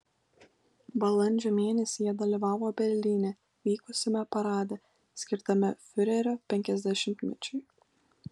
balandžio mėnesį jie dalyvavo berlyne vykusiame parade skirtame fiurerio penkiasdešimtmečiui